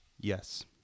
Yes